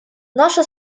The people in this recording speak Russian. наша